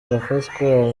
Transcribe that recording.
arafatwa